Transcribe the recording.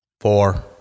Four